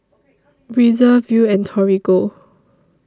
Breezer Viu and Torigo